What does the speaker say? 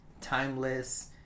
timeless